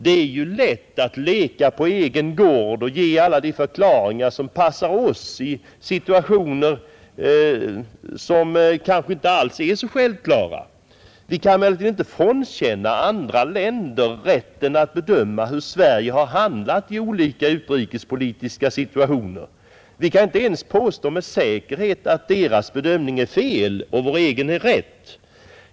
Det är ju lätt att leka på egen gård och ge alla de förklaringar som passar oss i situationer som kanske inte alls är så självklara, Vi kan emellertid inte frånkänna andra länder rätten att bedöma hur Sverige har handlat i olika utrikespolitiska situationer. Vi kan inte ens påstå med säkerhet att deras bedömning är fel och vår egen är rätt.